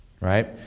Right